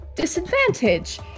disadvantage